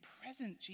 present